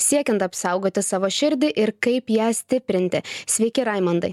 siekiant apsaugoti savo širdį ir kaip ją stiprinti sveiki raimondai